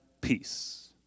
peace